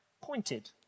pointed